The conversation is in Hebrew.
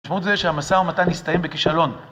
משמעות זה שהמשא ומתן נסתיים בכישלון.